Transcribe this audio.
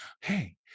hey